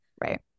right